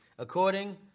According